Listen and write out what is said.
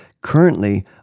currently